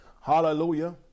Hallelujah